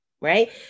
right